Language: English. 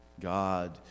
God